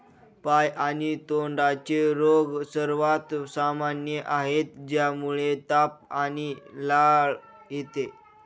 पाय आणि तोंडाचे रोग सर्वात सामान्य आहेत, ज्यामुळे ताप आणि लाळ येते